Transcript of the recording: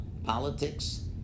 Politics